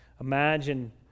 imagine